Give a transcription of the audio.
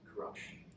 corruption